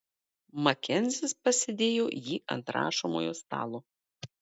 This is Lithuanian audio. makenzis pasidėjo jį ant rašomojo stalo